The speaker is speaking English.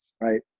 right